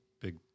big